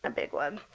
and big one.